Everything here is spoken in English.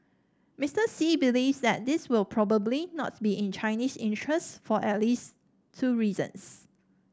Mister Xi believes that this will probably not be in Chinese interest for at least two reasons